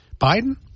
Biden